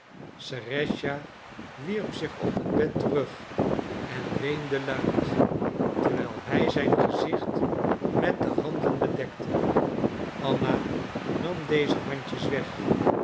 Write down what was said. serëscha wierp zich op het bed terug en weende luid terwijl hij zijn gezicht met de handen bedekte anna nam deze handjes weg